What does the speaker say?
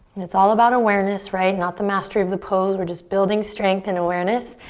it's all about awareness, right? not the mastery of the pose. we're just building strength and awareness.